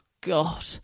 God